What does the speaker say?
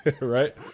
right